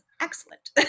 excellent